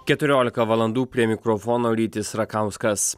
keturiolika valandų prie mikrofono rytis rakauskas